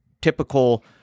Typical